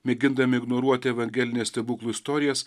mėgindami ignoruoti evangelines stebuklų istorijas